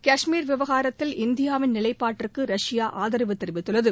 கஷ்மீர் விவகாரத்தில் இந்தியாவின் நிலைப்பாட்டிற்கு ரஷ்யா ஆதரவு தெரிவித்துள்ளது